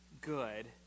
good